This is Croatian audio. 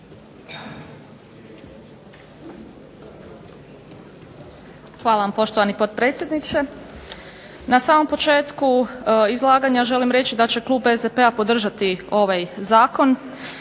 Hvala vam poštovani potpredsjedniče. Na samom početku izlaganja želim reći da će klub SDP-a podržati ovaj Zakon